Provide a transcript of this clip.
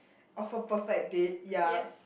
of a perfect date ya